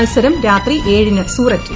മത്സരം രാത്രി ഏഴിന് സൂററ്റിൽ